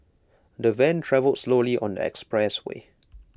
the van travelled slowly on the expressway